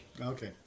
Okay